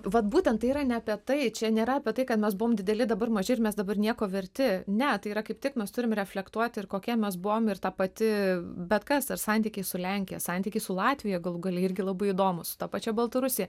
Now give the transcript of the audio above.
vat būtent tai yra ne apie tai čia nėra apie tai kad mes buvom dideli dabar maži ir mes dabar nieko verti ne tai yra kaip tik mes turim reflektuot ir kokie mes buvom ir ta pati bet kas ar santykiai su lenkija santykiai su latvija galų gale irgi labai įdomūs su ta pačia baltarusija